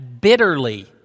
bitterly